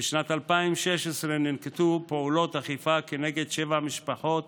בשנת 2016 ננקטו פעולות אכיפה כנגד שבע משפחות